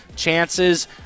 chances